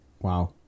Wow